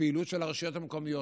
הפעילות של הרשויות המקומיות.